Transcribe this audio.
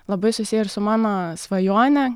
labai susiję ir su mano svajone